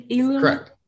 correct